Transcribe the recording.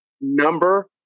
number